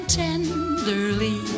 tenderly